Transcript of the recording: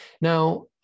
Now